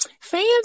fans